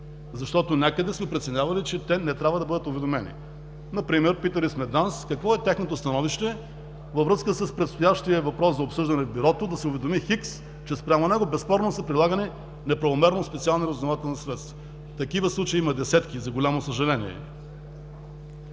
защото някъде сме преценявали, че те не трябва да бъдат уведомени. Например питали сме ДАНС какво е тяхното становище във връзка с предстоящия въпрос за обсъждане в Бюрото да се уведоми „Х“, че спрямо него безспорно са прилагани неправомерно специални разузнавателни средства. Такива случаи има десетки, за голямо съжаление.